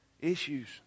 Issues